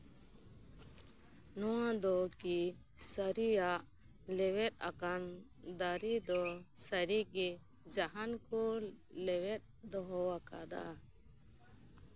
ᱱᱚᱣᱟ ᱫᱚ ᱠᱤ ᱥᱟᱹᱨᱤᱭᱟᱜ ᱞᱮᱣᱮᱫ ᱟᱠᱟᱱ ᱫᱟᱨᱮ ᱫᱚ ᱥᱟᱹᱨᱤᱜᱮ ᱡᱟᱸᱦᱟᱱ ᱠᱚ ᱞᱮᱣᱮᱫ ᱫᱚᱦᱚᱣᱟᱠᱟᱫᱟ